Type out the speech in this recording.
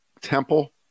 temple